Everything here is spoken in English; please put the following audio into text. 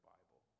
Bible